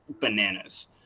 bananas